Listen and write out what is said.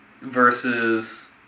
versus